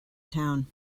town